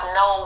no